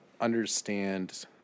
understand